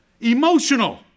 emotional